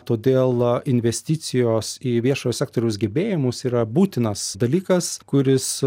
todėl investicijos į viešojo sektoriaus gebėjimus yra būtinas dalykas kuris